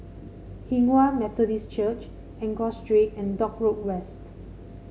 Hinghwa Methodist Church Enggor Street and Dock Road West